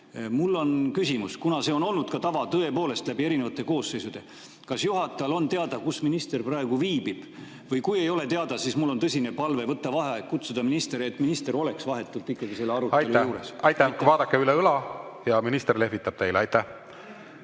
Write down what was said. Mul on küsimus, kuna see on olnud ka tava, tõepoolest, läbi erinevate koosseisude, kas juhatajal on teada, kus minister praegu viibib. Või kui ei ole teada, siis mul on tõsine palve võtta vaheaeg, kutsuda minister siia, et minister oleks vahetult selle arutelu juures. Aitäh sõna andmast, austatud juhataja! Me arutame